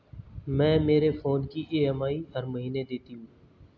मैं मेरे फोन की ई.एम.आई हर महीने देती हूँ